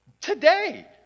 today